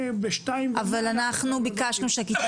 ובשתיים --- אבל אנחנו ביקשנו שהמתווה של הכיתה